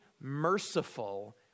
merciful